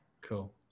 Cool